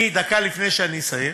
אני, דקה לפני שאני אסיים,